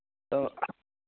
तो